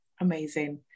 Amazing